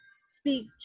speak